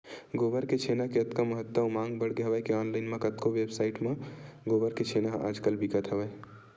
गोबर के छेना के अतका महत्ता अउ मांग बड़गे हवय के ऑनलाइन म कतको वेबसाइड म गोबर के छेना ह आज कल बिकत हवय